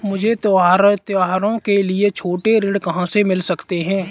मुझे त्योहारों के लिए छोटे ऋण कहाँ से मिल सकते हैं?